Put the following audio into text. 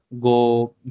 go